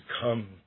come